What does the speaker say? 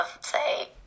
say